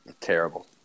Terrible